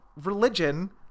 religion